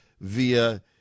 via